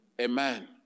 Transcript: Amen